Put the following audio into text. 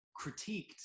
critiqued